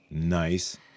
Nice